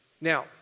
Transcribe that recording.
Now